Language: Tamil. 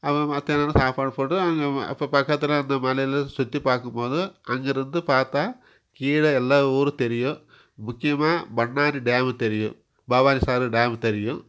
அப்புறோம் மத்தியானமெலாம் சாப்பாடு போட்டு அங்கே ம அப்போ பக்கத்தில் அந்த மலையில் சுற்றி பார்க்கும் போது அங்கேருந்து பார்த்தா கீழே எல்லா ஊரும் தெரியும் முக்கியமாக பண்ணாரி டேமு தெரியும் பாவானிசாகர் டேமு தெரியும்